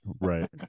right